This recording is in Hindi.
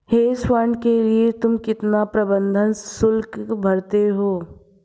हेज फंड के लिए तुम कितना प्रबंधन शुल्क भरते हो?